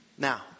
Now